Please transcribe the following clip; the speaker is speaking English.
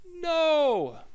No